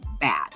bad